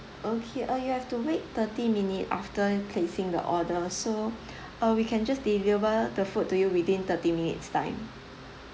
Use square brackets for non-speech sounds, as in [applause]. okay uh you have to wait thirty minute after placing the order so [breath] uh we can just deliver the food to you within thirty minutes time